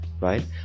right